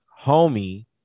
homie